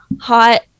hot